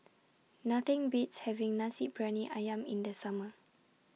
Nothing Beats having Nasi Briyani Ayam in The Summer